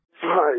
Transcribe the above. Hi